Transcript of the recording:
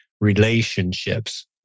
relationships